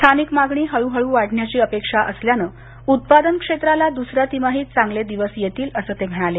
स्थानिक मागणी हळूहळू वाढण्याची अपेक्षा असल्यानं उत्पादन क्षेत्राला दुसऱ्या तिमाहीत चांगले दिवस येतील असं ते म्हणाले